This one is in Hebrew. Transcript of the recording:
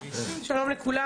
שלום לכולם,